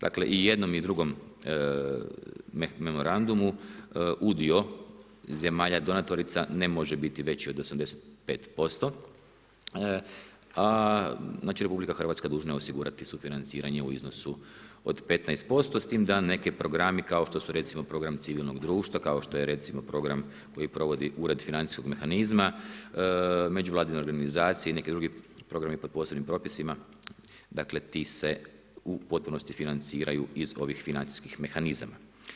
Dakle i jednom i drugom memorandumu udio zemalja donatorica ne može biti veći od 85% a znači RH dužna je osigurati sufinanciranje u iznosu od 15% s tim da neki programi kao što su recimo program civilnog društva, kao što je recimo program koji provodi ured financijskog mehanizma, međuvladine organizacije i neki drugi programi po posebnim propisima, dakle ti se u potpunosti financiraju iz ovih financijskih mehanizama.